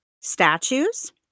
statues